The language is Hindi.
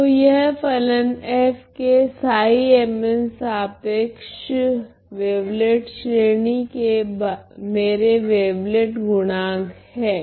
तो यह फलन f के सापेक्ष वेवलेट श्रेणी के मेरे वेवलेट गुणांक है